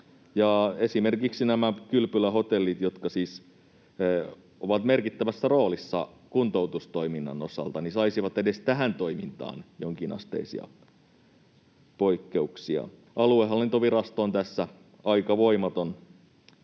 esimerkiksi kylpylähotellit, jotka siis ovat merkittävässä roolissa kuntoutustoiminnan osalta, saisivat edes tähän toimintaan jonkinasteisia poikkeuksia. Aluehallintovirasto on tässä aika voimaton.